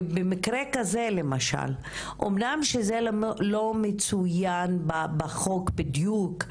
במקרה כזה למשל שאמנם זה לא מצוין בחוק בדיוק,